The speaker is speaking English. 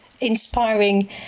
inspiring